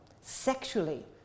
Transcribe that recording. sexually